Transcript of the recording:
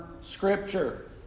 scripture